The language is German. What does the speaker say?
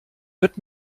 wird